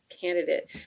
candidate